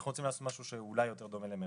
אנחנו רוצים לעשות משהו שאולי דומה למירון.